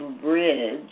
bridge